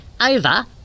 over